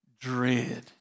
dread